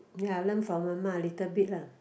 ya learn from Ah-Ma a little bit lah